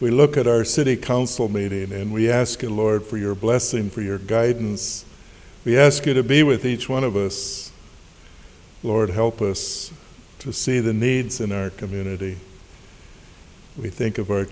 will look at our city council meeting and we ask the lord for your blessing for your guidance we ask you to be with each one of us lord help us to see the needs in our community we think of our